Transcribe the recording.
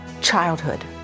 childhood